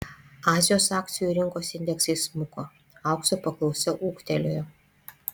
azijos akcijų rinkos indeksai smuko aukso paklausa ūgtelėjo